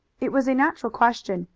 it was a natural question,